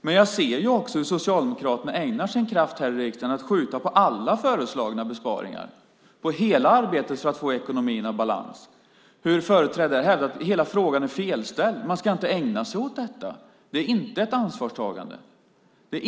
Men jag ser också hur Socialdemokraterna ägnar sin kraft här i riksdagen åt att skjuta på alla föreslagna besparingar och på hela arbetet för att få ekonomin i balans. Företrädarna här hävdar att hela frågan är felställd. Man ska inte ägna sig åt detta. Det är inte ett ansvarstagande.